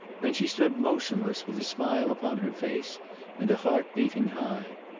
then she stood motionless, with a smile upon her face and a heart beating high.